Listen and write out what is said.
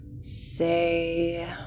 say